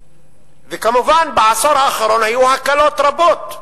כמובן, בעשור האחרון היו הקלות רבות,